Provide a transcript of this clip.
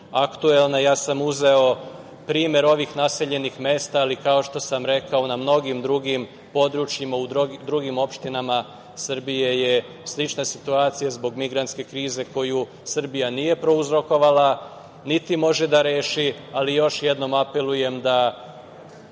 aktuelna. Ja sam uzeo primer ovih naseljenih mesta, ali, kao što sam rekao, na mnogim drugim područjima, u drugim opštinama Srbije je slična situacija zbog migrantske krize koju Srbija nije prouzrokovala, niti može da reši, ali još jednom apelujem da